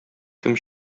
кем